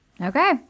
Okay